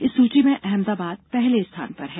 इस सूची में अहमदाबाद पहले स्थान पर है